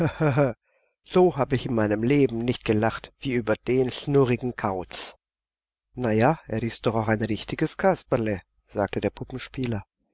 so hab ich in meinem leben nicht gelacht wie über den schnurrigen kauz na ja er ist doch auch ein richtiges kasperle sagte der puppenspieler